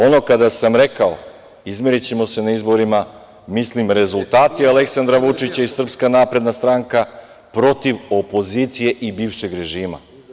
Ono kada sam rekao – izmerićemo se na izborima, mislim rezultati Aleksandra Vučića i SNS protiv opozicije i bivšeg režima.